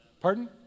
Pardon